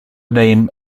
name